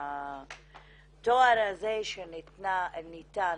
התואר הזה שניתן